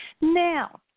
now